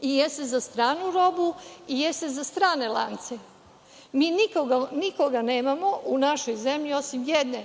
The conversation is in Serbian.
i jeste za stranu robu i jeste za strane lance. Mi nikoga nemamo u našoj zemlji osim jedne